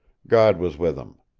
god was with him.